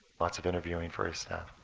lots of interviewing for his staff.